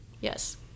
Yes